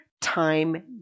time